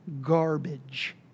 garbage